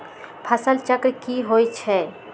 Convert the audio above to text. फसल चक्र की होई छै?